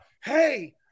Hey